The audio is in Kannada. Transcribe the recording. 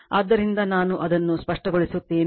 ಆದ್ದರಿಂದ ನಾನು ಅದನ್ನು ಸ್ಪಷ್ಟಗೊಳಿಸುತ್ತೇನೆ